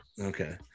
Okay